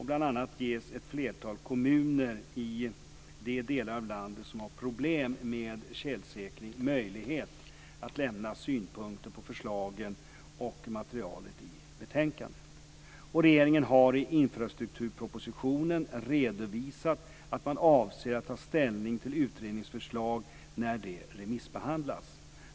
Bl.a. ges ett flertal kommuner i de delar av landet som har problem med tjälsäkring möjlighet att lämna synpunkter på förslagen och materialet i betänkandet. Regeringen har i infrastrukturpropositionen redovisat att man avser att ta ställning till utredningens förslag när det remissbehandlats.